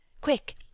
quick